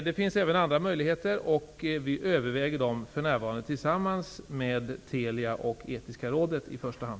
Det finns även andra möjligheter, och vi överväger dem för närvarande tillsammans med i första hand